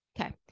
Okay